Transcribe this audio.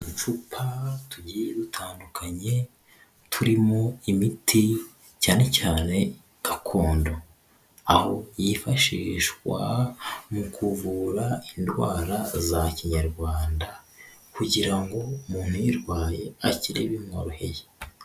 Uducupa tugiye dutandukanye turimo imiti cyane cyane gakondo, aho yifashishwa mu kuvura indwara za kinyarwanda kugira ngo umuntu uyirwaye akire bimworoheye.